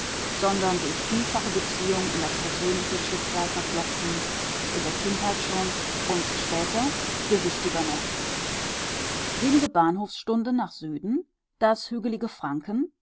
sondern durch vielfache beziehung in das persönliche schicksal verflochten in der kindheit schon und später gewichtiger noch wenige bahnfahrtstunden nach süden das